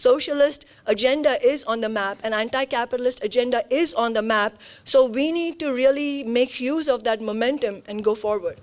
socialist agenda is on the map and i capitalist agenda is on the map so we need to really make use of that momentum and go forward